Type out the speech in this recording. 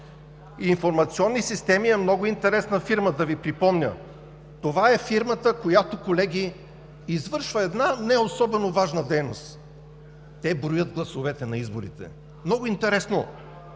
„Информационни системи“ е много интересна фирма. Да Ви припомня, това е фирмата, която, колеги, извършва една не особено важна дейност – те броят гласовете на изборите. РЕПЛИКИ